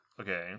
Okay